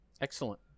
excellent